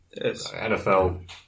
NFL